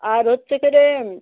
আর হচ্ছে কে যে